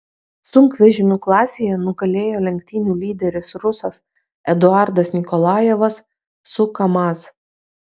sunkvežimių klasėje nugalėjo lenktynių lyderis rusas eduardas nikolajevas su kamaz